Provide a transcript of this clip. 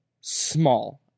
small